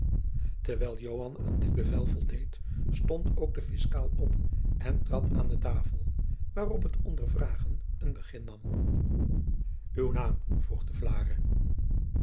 joan aan dit bevel voldeed stond ook de fiscaal op en trad aan de tafel waarop het ondervragen een begin nam uw naam vroeg